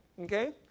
Okay